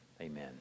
Amen